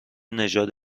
نژاد